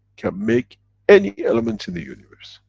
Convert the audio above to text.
can make any element in the universe.